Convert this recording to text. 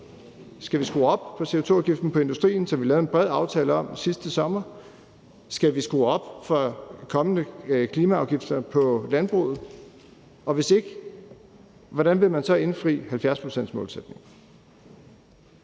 Skal vi skrue op på CO2-afgiften på industrien, som vi lavede en bred aftale om sidste sommer, eller skal vi skrue op for kommende klimaafgifter på landbruget? Og hvis ikke, hvordan vil man så indfri 70-procentsmålsætningen?